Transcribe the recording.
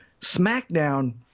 SmackDown